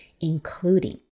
including